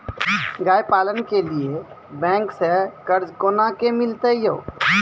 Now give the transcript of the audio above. गाय पालन के लिए बैंक से कर्ज कोना के मिलते यो?